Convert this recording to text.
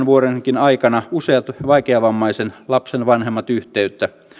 vuoden aikana useat vaikeavammaisen lapsen vanhemmat yhteyttä